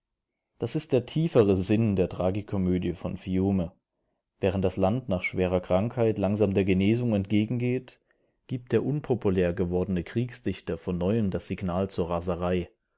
das ist der tiefere sinn der tragikomödie von fiume während das land nach schwerer krankheit langsam der genesung entgegengeht gibt der unpopulär gewordene kriegsdichter von neuem das signal zur raserei